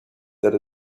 that